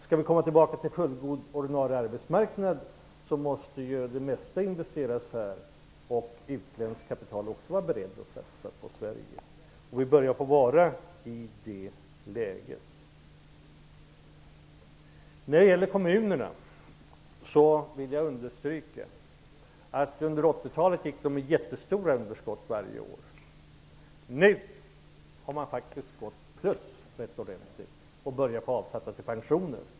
Skall vi få tillbaka en fullgod ordinarie arbetsmarknad måste det mesta investeras här, och utländskt kapital måste vara berett att satsa på Sverige. Vi börjar komma i det läget. När det gäller kommunerna vill jag understryka att de varje år under 80-talet hade jättestora underskott. Nu har kommunerna börjat få överskott rätt ordentligt, och man har börjat avsätta till pensioner.